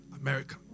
America